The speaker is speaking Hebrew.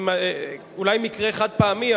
אולי מקרה חד-פעמי,